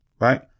right